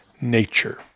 nature